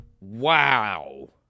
Wow